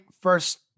first